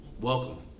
Welcome